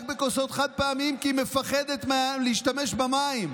רק בכוסות חד-פעמיות, כי היא מפחדת להשתמש במים.